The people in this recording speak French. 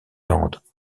landes